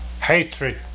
Hatred